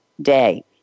day